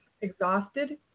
exhausted